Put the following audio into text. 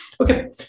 Okay